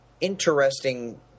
interesting